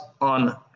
on